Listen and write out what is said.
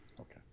okay